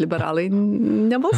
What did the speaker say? liberalai nebus